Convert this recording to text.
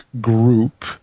group